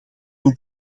nog